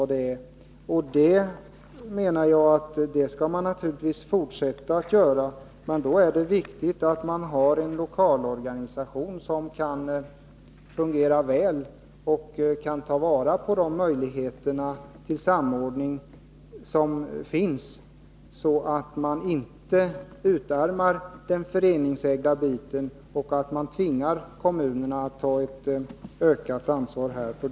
Detta skall man naturligtvis fortsätta med. Men då är det viktigt att man har en lokalorganisation som kan fungera väl och som kan ta vara på de möjligheter till samordning som finns, så att man inte utarmar den föreningsägda verksamheten och tvingar kommunerna att ta ett större ansvar.